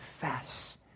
confess